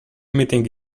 meeting